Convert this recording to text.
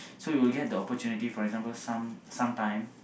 so we will get the opportunity for example some sometimes